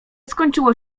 skończyło